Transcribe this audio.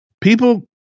people